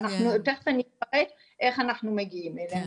ותיכף אני אתייחס איך אנחנו מגיעים אליהם.